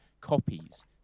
copies